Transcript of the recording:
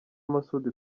masud